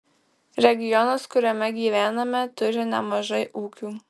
regionas kuriame gyvename turi nemažai ūkių